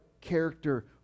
character